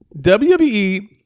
WWE